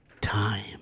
Time